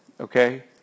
okay